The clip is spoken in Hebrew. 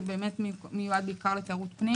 זה מיועד לתיירות פנים